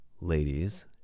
ladies